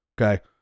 Okay